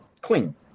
clean